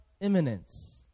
imminence